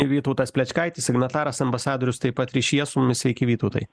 vytautas plečkaitis signataras ambasadorius taip pat ryšyje su mumis sveiki vytautai